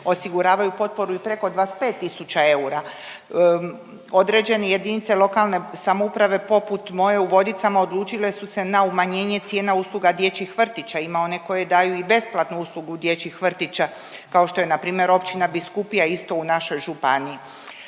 osiguravaju potporu i preko 25000 eura. Određene jedinice lokalne samouprave poput moje u Vodicama odlučile su se na umanjenje cijena usluga dječjih vrtića. Ima one koje daju i besplatnu uslugu dječjih vrtića kao što je na primjer općina Biskupija isto u našoj županiji.